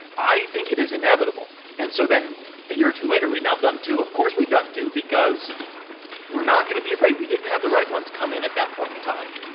i think it is inevitable. and so then a year or two later we now have done two. of course, we've done two, because we're not going to be afraid. we didn't have the right ones come in at that point in time.